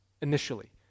initially